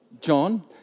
John